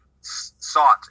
sought